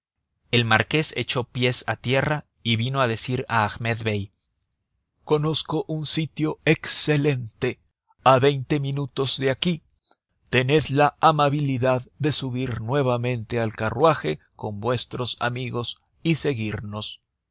el marqués echó pie a tierra y vino a decir a ahmed bey conozco un sitio excelente a veinte minutos de aquí tened la amabilidad de subir nuevamente al carruaje con vuestros amigos y seguirnos